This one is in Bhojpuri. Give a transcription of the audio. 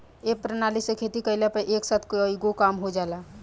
ए प्रणाली से खेती कइला पर एक साथ कईगो काम हो जाला